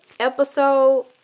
episode